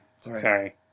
Sorry